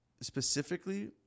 specifically